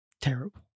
terrible